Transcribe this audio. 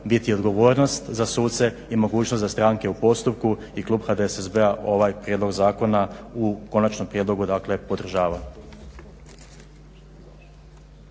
biti odgovornost za suce i mogućnost za stranke u postupku. i klub HDSSB-a ovaj prijedlog zakona u konačnom prijedlogu podržava.